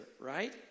right